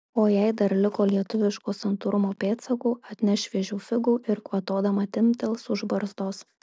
o jei dar liko lietuviško santūrumo pėdsakų atneš šviežių figų ir kvatodama timptels už barzdos